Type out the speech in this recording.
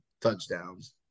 touchdowns